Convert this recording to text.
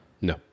No